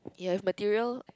you have material